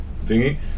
thingy